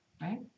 right